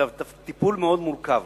וטיפול מאוד מורכב.